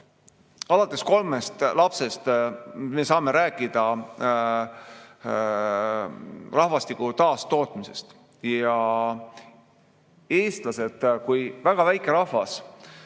alates kolmest lapsest me saame rääkida rahvastiku taastootmisest. Ja eestlased kui väga väike rahvas